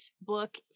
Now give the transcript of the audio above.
book